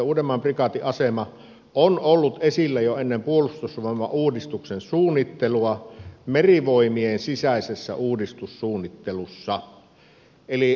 uudenmaan prikaatin asema on ollut esillä jo ennen puolustusvoimauudistuksen suunnittelua merivoimien sisäisessä uudistussuunnittelussa